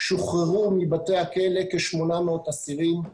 שוחררו מבתי הכלא כ-800 אסירים.